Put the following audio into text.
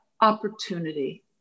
opportunity